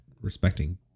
Respecting